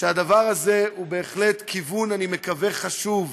שהדבר הזה הוא בהחלט כיוון, אני מקווה, חשוב,